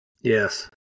Yes